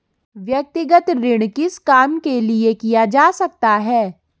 व्यक्तिगत ऋण किस काम के लिए किया जा सकता है?